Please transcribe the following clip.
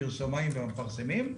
הפרסומאים והמפרסמים.